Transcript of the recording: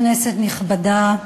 כנסת נכבדה,